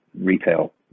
retail